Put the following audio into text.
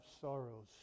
sorrows